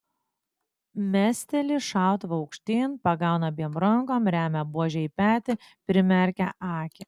mesteli šautuvą aukštyn pagauna abiem rankom remia buožę į petį primerkia akį